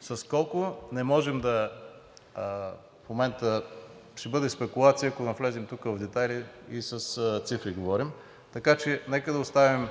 С колко – не можем в момента… Ще бъде спекулация, ако навлезем в детайли и говорим с цифри, така че нека да оставим